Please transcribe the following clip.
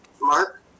Mark